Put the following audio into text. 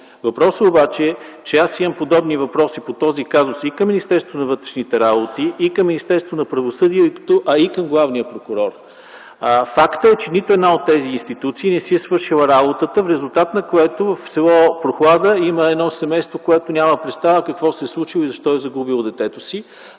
Въпросът обаче е, че аз имам подобни въпроси по този казус и към Министерството на вътрешните работи, и към Министерството на правосъдието, а и към Главния прокурор. Факт е, че нито една от тези институции не си е свършила работата, в резултат на което в с. Прохлада има едно семейство, което няма представа какво се е случило и защо е загубило детето си.